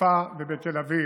בחיפה ובתל אביב,